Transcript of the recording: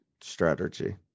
strategy